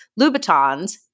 Louboutins